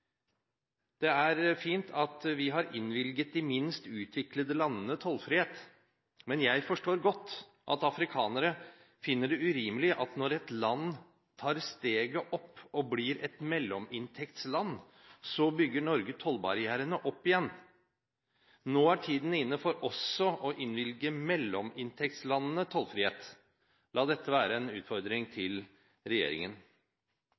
det! Det er fint at vi har innvilget de minst utviklede landene tollfrihet, men jeg forstår godt at afrikanere finner det urimelig at når et land tar steget opp og blir et mellominntektsland, så bygger Norge tollbarrierene opp igjen. Nå er tiden inne for også å innvilge mellominntektslandene tollfrihet. La dette være en utfordring til regjeringen.